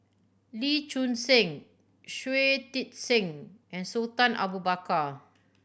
Lee Choon Seng Shui Tit Sing and Sultan Abu Bakar